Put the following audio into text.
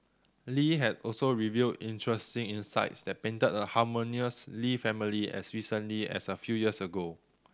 Li has also revealed interesting insights that painted a harmonious Lee family as recently as a few years ago